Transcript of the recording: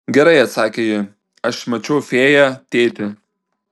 gerai atsakė ji aš mačiau fėją tėti